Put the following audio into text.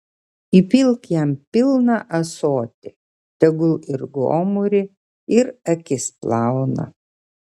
įpilk jam pilną ąsotį tegu ir gomurį ir akis plauna